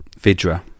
Vidra